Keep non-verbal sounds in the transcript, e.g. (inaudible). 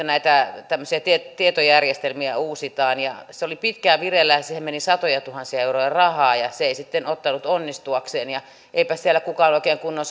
(unintelligible) näitä tämmöisiä tietojärjestelmiä uusimassa ja se oli pitkään vireillä ja siihen meni satojatuhansia euroja rahaa se ei sitten ottanut onnistuakseen eipä siellä kukaan oikein kunnon (unintelligible)